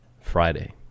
friday